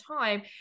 time